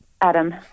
Adam